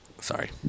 Sorry